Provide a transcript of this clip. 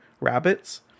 Rabbits